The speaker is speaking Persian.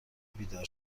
بیدار